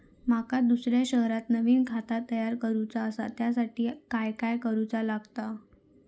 माका दुसऱ्या शहरात नवीन खाता तयार करूचा असा त्याच्यासाठी काय काय करू चा लागात?